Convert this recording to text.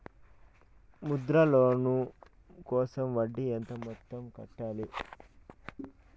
Mudra loan కోసం వడ్డీ ఎంత మొత్తం కట్టాలి